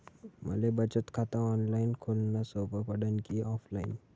मले बचत खात ऑनलाईन खोलन सोपं पडन की ऑफलाईन?